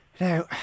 Now